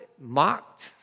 mocked